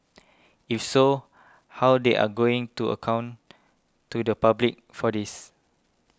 if so how they are going to account to the public for this